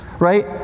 Right